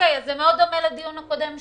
אז זה דומה לדיון הקודם שהיה,